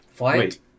Wait